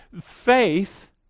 faith